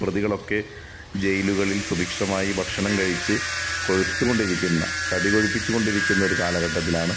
പ്രതികളൊക്കെ ജയിലുകളില് സുഭിക്ഷമായി ഭക്ഷണം കഴിച്ച് കൊഴുത്തുകൊണ്ടിരിക്കുന്ന തടി കൊഴിപ്പിച്ചുകൊണ്ടിരിക്കുന്ന ഒരു കാലഘട്ടത്തിലാണ്